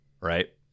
right